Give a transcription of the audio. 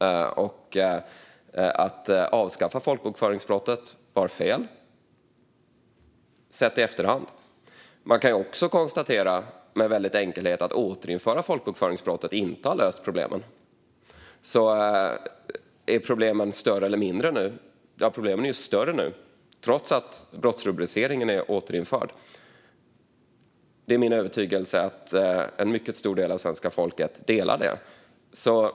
Att avskaffa rubriceringen folkbokföringsbrott var fel, sett i efterhand. Man kan också med enkelhet konstatera att återinförandet av denna brottsrubricering inte har löst problemen. Är då problemen större eller mindre nu? Problemen är större nu, trots att brottsrubriceringen är återinförd. Det är min övertygelse att en mycket stor del av svenska folket delar denna syn.